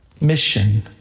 mission